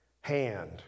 hand